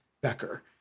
Becker